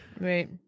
Right